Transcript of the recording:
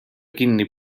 kinni